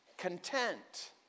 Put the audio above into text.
Content